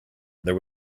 there